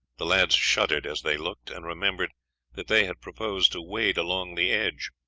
the lads shuddered as they looked, and remembered that they had proposed to wade along the edge.